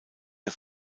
der